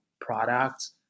products